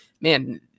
man